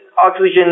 oxygen